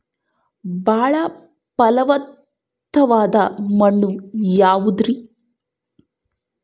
ಬಾಳ ಫಲವತ್ತಾದ ಮಣ್ಣು ಯಾವುದರಿ?